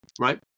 right